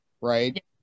right